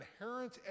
inherent